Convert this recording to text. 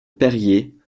perrier